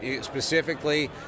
specifically